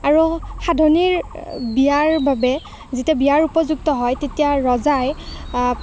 আৰু সাধনীৰ বিয়াৰ বাবে যেতিয়া বিয়াৰ উপযুক্ত হয় তেতিয়া ৰজাই